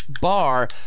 bar